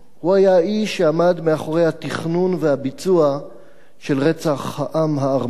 הוא היה האיש שעמד מאחורי התכנון והביצוע של רצח העם הארמני.